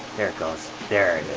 there it goes, there it